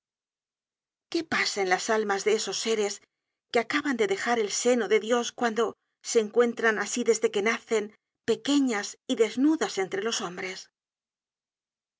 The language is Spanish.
qué pasa en las almas de esos séres que acaban de dejar el seno de dios cuando se encuentran así desde que nacen pequeñas y desnudas entre los hombres